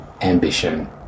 ambition